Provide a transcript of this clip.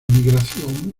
migración